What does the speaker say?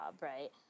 right